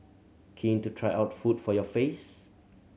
keen to try out food for your face